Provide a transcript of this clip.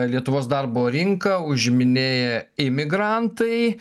lietuvos darbo rinką užiminėja imigrantai